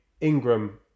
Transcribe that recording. Ingram